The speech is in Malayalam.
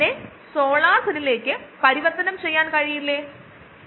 എന്നിരുന്നാലും ബയോറിയാക്ടറുടെ ചാറു നമ്മൾ അജിറ്റേഷനിൽ നിർത്തണം